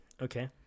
okay